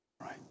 right